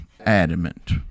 adamant